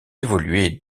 évoluer